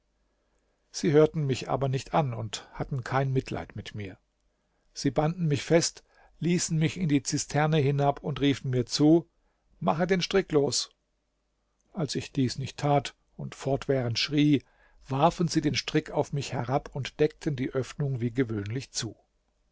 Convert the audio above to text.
sie hörten mich aber nicht an und hatten kein mitleid mit mir sie banden mich fest ließen mich in die zisterne hinab und riefen mir zu mache den strick los als ich dies nicht tat und fortwährend schrie warfen sie den strick auf mich herab und deckten die öffnung wie gewöhnlich zu